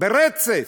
ברצף.